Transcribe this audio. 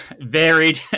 varied